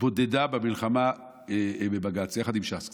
בודדה במלחמה בבג"ץ, יחד עם ש"ס קצת,